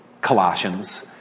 Colossians